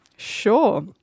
Sure